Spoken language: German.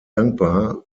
dankbar